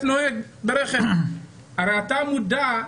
מודע,